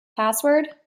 password